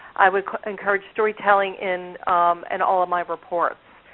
i would encourage storytelling in and all of my reports.